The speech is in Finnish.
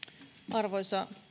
arvoisa